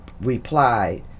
replied